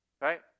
right